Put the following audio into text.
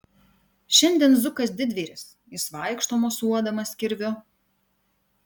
šiandien zukas didvyris jis vaikšto mosuodamas kirviu